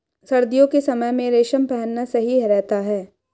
सर्दियों के समय में रेशम पहनना सही रहता है